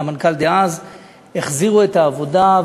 והחזירו את העבודה,